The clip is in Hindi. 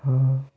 हाँ